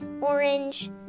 orange